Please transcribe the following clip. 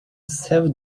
saved